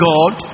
God